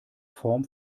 form